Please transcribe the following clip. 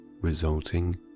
resulting